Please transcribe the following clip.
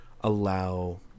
allow